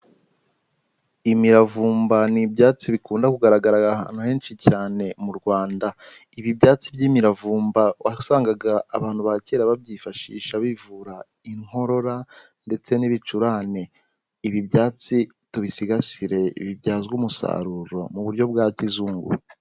Imiravumba ni ibyatsi bikunda kugaragara ahantu henshi cyane mu Rwanda, ibi byatsi by'imiravumba wasangaga abantu bakera babyifashisha bivura inkorora ndetse n'ibicurane, ibi byatsi tubisigasire bibyazwe umusaruro mu buryo bwa kizungu.